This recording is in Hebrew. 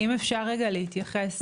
אם אפשר רגע להתייחס.